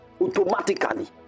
automatically